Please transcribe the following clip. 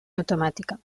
automàtica